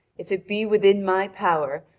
if it be within my power,